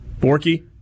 Borky